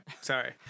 Sorry